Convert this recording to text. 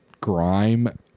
grime